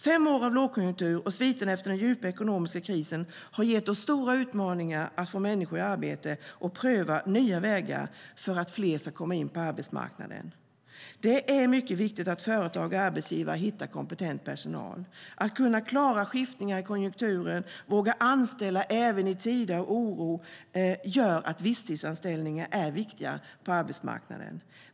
Fem år av lågkonjunktur och sviterna efter den djupa ekonomiska krisen har inneburit stora utmaningar för oss att få människor i arbete och pröva nya vägar för att fler ska komma in på arbetsmarknaden. Det är mycket viktigt att företag och arbetsgivare hittar kompetent personal. Att kunna klara skiftningar i konjunkturen och våga anställa även i tider av oro gör att visstidsanställningar är viktiga på arbetsmarknaden.